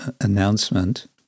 announcement